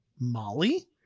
Molly